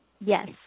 Yes